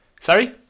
Sorry